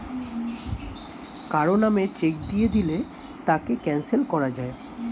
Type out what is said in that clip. কারো নামে চেক দিয়ে দিলে তাকে ক্যানসেল করা যায়